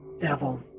Devil